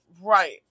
Right